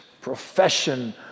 profession